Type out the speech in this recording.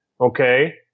Okay